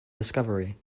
discovery